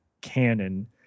canon